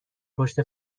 پشت